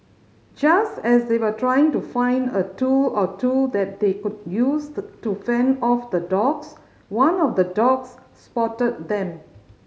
just as they were trying to find a tool or two that they could used to fend off the dogs one of the dogs spotted them